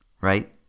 right